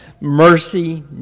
mercy